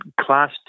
Class